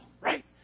right